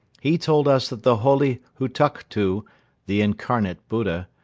he told us that the holy hutuktu, the incarnate buddha,